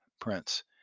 Prince